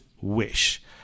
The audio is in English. wish